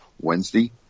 Wednesday